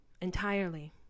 entirely